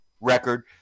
record